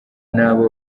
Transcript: n’abo